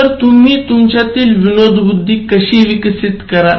तर तुम्ही तुमच्यातील विनोदबुद्धी कशी विकसित कराल